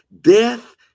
Death